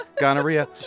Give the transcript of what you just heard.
gonorrhea